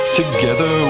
together